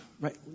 Right